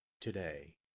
today